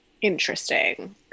Interesting